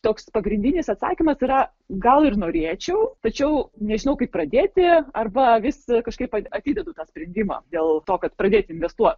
toks pagrindinis atsakymas yra gal ir norėčiau tačiau nežinau kaip pradėti arba vis kažkaip atidedu tą sprendimą dėl to kad pradėti investuot